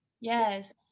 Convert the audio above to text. yes